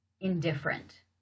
indifferent